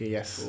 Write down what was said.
Yes